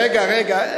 רגע, רגע.